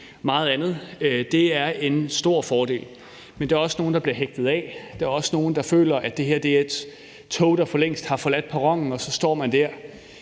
meget andet. Det er en stor fordel. Men der er også nogle, der bliver hægtet af. Der er også nogle, der føler, at det her er et tog, der for længst har forladt perronen, og så står man der